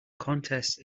contests